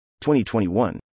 2021